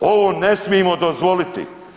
Ovo ne smijemo dozvoliti.